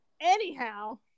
Anyhow